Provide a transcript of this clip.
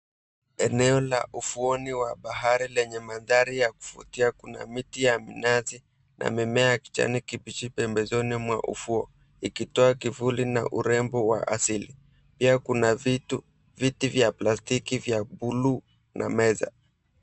Eneo la ufuoni wa bahari lenye mandhari ya kuvutia kuna miti ya minazi na mimea ya kijani kibichi pembezoni mwa ufuo, ikitoa kivuli na urembo wa asili. Pia kuna viti vya plastiki vya buluu na meza.